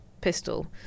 pistol